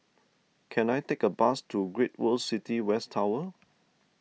can I take a bus to Great World City West Tower